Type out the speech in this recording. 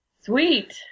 sweet